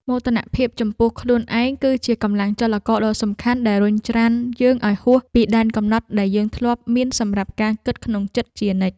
មោទនភាពចំពោះខ្លួនឯងគឺជាកម្លាំងចលករដ៏សំខាន់ដែលរុញច្រានយើងឱ្យហួសពីដែនកំណត់ដែលយើងធ្លាប់មានសម្រាប់ការគិតក្នុងចិត្តជានិច្ច។